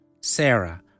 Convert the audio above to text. Sarah